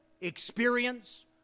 experience